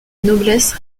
noblesse